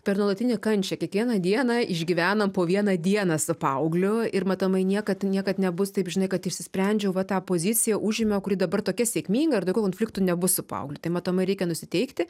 per nuolatinę kančią kiekvieną dieną išgyvenam po vieną dieną su paaugliu ir matomai niekad niekad nebus taip žinai kad išsisprendžiau va tą poziciją užėmiau kuri dabar tokia sėkminga ir daugiau konfliktų nebus su paaugliu tai matomai reikia nusiteikti